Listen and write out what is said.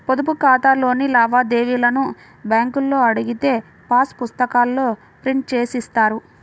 పొదుపు ఖాతాలోని లావాదేవీలను బ్యేంకులో అడిగితే పాసు పుస్తకాల్లో ప్రింట్ జేసి ఇస్తారు